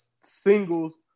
singles